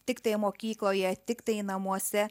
tiktai mokykloje tiktai namuose